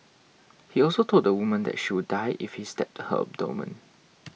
he also told the woman that she would die if he stabbed her abdomen